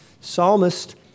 psalmist